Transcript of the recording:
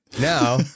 Now